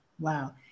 Wow